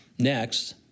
Next